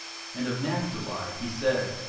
and of naphtali he said,